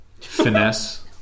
Finesse